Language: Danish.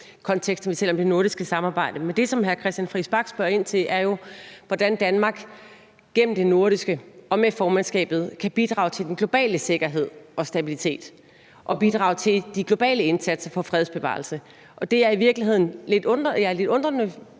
kontekst, når vi taler om det nordiske samarbejde. Det, som hr. Christian Friis Bach spørger ind til, er jo, hvordan Danmark gennem det nordiske og med formandskabet kan bidrage til den globale sikkerhed og stabilitet og bidrage til de globale indsatser for fredsbevarelse. Det, jeg i virkeligheden er lidt undrende